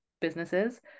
businesses